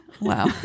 wow